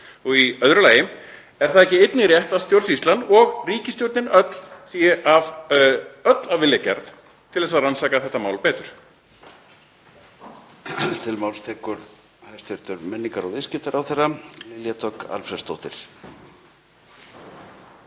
Í öðru lagi: Er það ekki einnig rétt að stjórnsýslan og ríkisstjórnin sé af öll af vilja gerð til að rannsaka þetta mál betur?